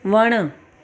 वणु